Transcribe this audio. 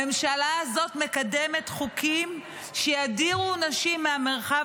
הממשלה הזאת מקדמת חוקים שידירו נשים מהמרחב